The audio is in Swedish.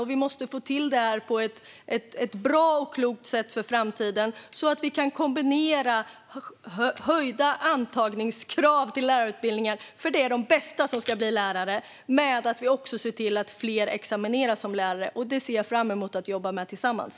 Och vi måste få till det här på ett bra och klokt sätt inför framtiden, så att vi kan kombinera höjda antagningskrav till lärarutbildningar - det är nämligen de bästa som ska bli lärare - med att fler examineras som lärare. Det ser jag fram emot att jobba med tillsammans.